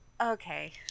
okay